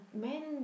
men